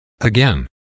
Again